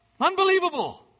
unbelievable